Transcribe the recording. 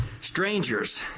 Strangers